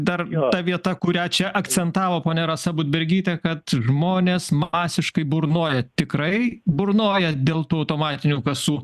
dar ta vieta kurią čia akcentavo ponia rasa budbergytė kad žmonės masiškai burnoja tikrai burnoja dėl to automatinių kasų